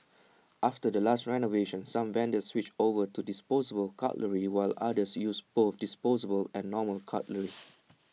after the last renovation some vendors switched over to disposable cutlery while others use both disposable and normal cutlery